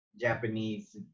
Japanese